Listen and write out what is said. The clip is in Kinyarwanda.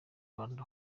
rwanda